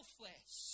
flesh